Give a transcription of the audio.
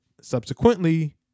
subsequently